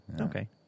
okay